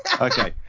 Okay